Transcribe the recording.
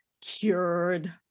cured